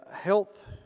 health